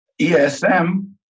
ESM